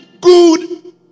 good